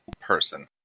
person